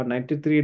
93